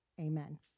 Amen